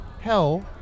Hell